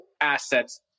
assets